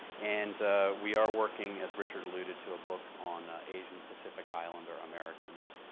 and we are working, as richard alluded to, a book on asian pacific islander americans,